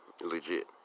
Legit